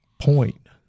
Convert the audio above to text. point